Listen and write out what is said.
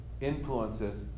influences